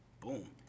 Boom